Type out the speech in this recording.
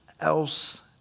else